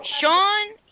Sean